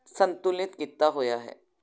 ਸੰਤੁਲਿਤ ਕੀਤਾ ਹੋਇਆ ਹੈ